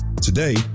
Today